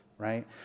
right